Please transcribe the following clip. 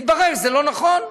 התברר שזה לא נכון.